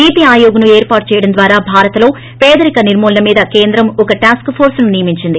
నీతి ఆయోగ్ను ఏర్పాటు చేయడం ద్వారా భారత్లో పేదరి నిర్మూలన మీద కేంద్రం ఒక టాస్క ఫోర్స్ ను నియమించింది